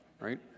right